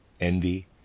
envy